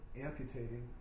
amputating